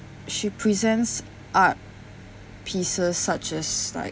she presents art pieces such as like